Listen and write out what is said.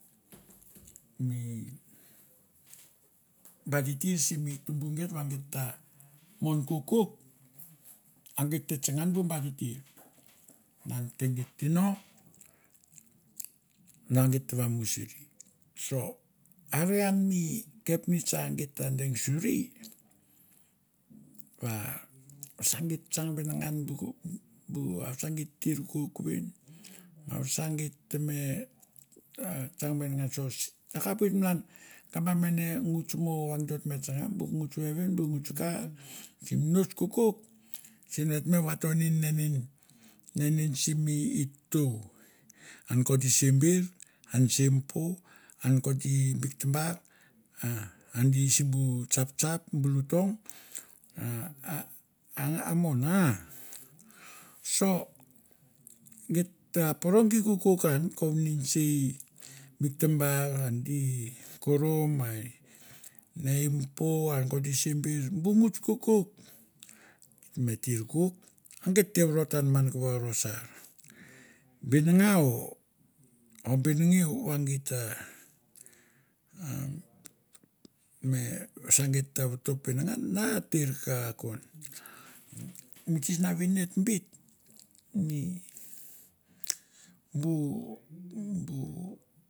Mi ba titir simi tumbu geit, va geit ta mon kokok a geit te tsanga an bu ba titir. Malan ke geit ino va geit vamusuri, so are an mi kapnets va geit ta deng suri va vasa geit tsang venengan bu, bu a vasa geit tir kouk ven, a vasa geit te me a tsang venengan sos a kapoit malan ka ba mene nguts mo va gitot me tsanga, bu nguts vevin, bu nguts ka, sim nut kokok sen va et me vaton inen in, inen in simi i tou nokot i sember, a nesei i impo, a nokot i bik tambar a di simi bu tsaptsap bulu tong a a ang a mon a so geit ta poro geit kokok an kovni nesei i bik tambar, a di korom ma ne i impo a nokot i sember bu nguts kokok, geit me tir kouk a geit te vorotan man kovo rosar, binangau o benengeu va geit t me vasa geit ta va top venengan na tir ka kon. Mi sinavin ne bit ne bu bu.